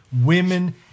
women